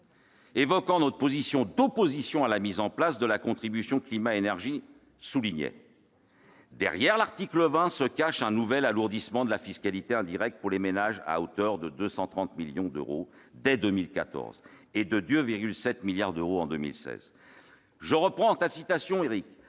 évoquant ici même notre opposition à la mise en place de la contribution climat-énergie, soulignait :« Derrière l'article 20 se cache un nouvel alourdissement de la fiscalité indirecte pour les ménages à hauteur de 230 millions d'euros dès 2014, et de 2,7 milliards d'euros en 2016. « Le prix du plein